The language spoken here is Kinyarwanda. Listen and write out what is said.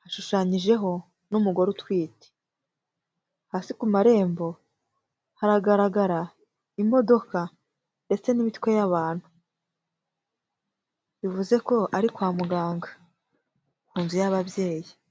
hashushanyijeho n'umugore utwite hasi ku marembo haragaragara imodoka ndetse n'imitwe y'abantu, bivuze ko ari kwa muganga mu nzu y'ababyeyi.